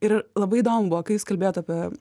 ir labai įdomu buvo kai jūs kalbėjot apie